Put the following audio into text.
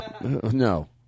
No